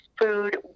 food